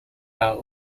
are